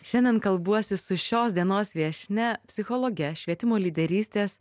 šiandien kalbuosi su šios dienos viešnia psichologe švietimo lyderystės